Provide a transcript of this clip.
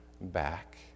back